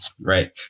right